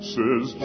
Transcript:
says